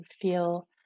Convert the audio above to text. feel